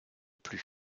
plus